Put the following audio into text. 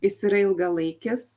jis yra ilgalaikis